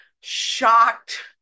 shocked